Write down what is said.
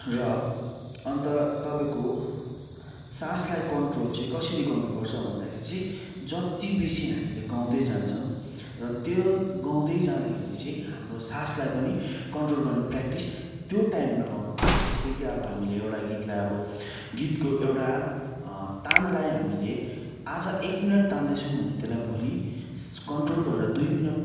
र अन्त तपाईँको सासलाई कन्ट्रोल चाहिँ कसरी गर्नु पर्छ भन्दाखेरि चाहिँ जति बेसी हामीले गाउँदै जान्छौँ र त्यो गाउँदै जाँदाखेरि चाहिँ हाम्रो सासलाई पनि कन्ट्रोल गर्ने प्र्याक्टिस त्यो टाइममा गर्नु पर्छ जस्तै कि अब हामीले एउटा गीतलाई अब गीतको एउटा तानलाई हामीले आज एक मिनट तान्दैछौँ भने त्यसलाई भोलि कन्ट्रोल गरेर दुई मिनट